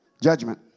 Judgment